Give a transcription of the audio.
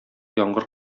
яңгыр